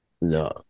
No